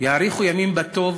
יאריכו ימים בטוב